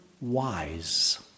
wise